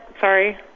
sorry